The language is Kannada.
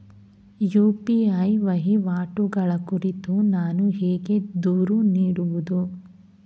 ಯು.ಪಿ.ಐ ವಹಿವಾಟುಗಳ ಕುರಿತು ನಾನು ಹೇಗೆ ದೂರು ನೀಡುವುದು?